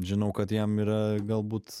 žinau kad jam yra galbūt